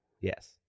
Yes